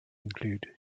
include